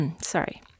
Sorry